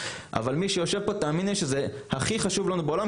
אבל מי שיושב פה - תאמיני לי שזה הכי חשוב לנו בעולם,